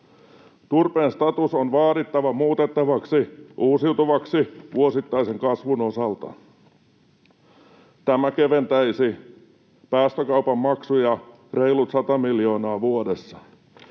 Turpeen status on vaadittava muutettavaksi uusiutuvaksi vuosittaisen kasvun osalta. Tämä keventäisi päästökaupan maksuja reilut 100 miljoonaa vuodessa.